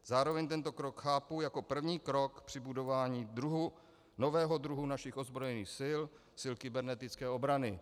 Zároveň tento krok chápu jako první krok při budování nového druhu našich ozbrojených sil, sil kybernetické obrany.